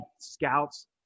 scouts